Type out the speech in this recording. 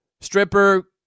Stripper